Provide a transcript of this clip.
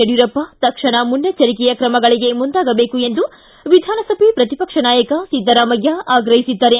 ಯಡಿಯೂರಪ್ಪ ತಕ್ಷಣ ಮುನ್ನೆಚ್ಚರಿಕೆಯ ಕ್ರಮಗಳಗೆ ಮುಂದಾಗಬೇಕು ಎಂದು ವಿಧಾನಸಭೆ ಪ್ರತಿಪಕ್ಷ ನಾಯಕ ಸಿದ್ದರಾಮಯ್ಯ ಆಗ್ರಹಿಸಿದ್ದಾರೆ